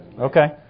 Okay